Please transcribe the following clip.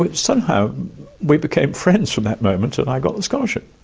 but somehow we became friends from that moment and i got the scholarship.